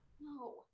No